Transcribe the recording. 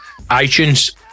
iTunes